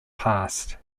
past